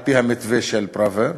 על-פי מתווה פראוור,